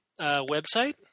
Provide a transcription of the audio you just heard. website